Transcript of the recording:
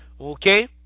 okay